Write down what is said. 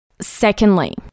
Secondly